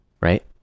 right